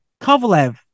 Kovalev